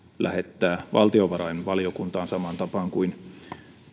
lähettää valtiovarainvaliokuntaan samaan tapaan kuin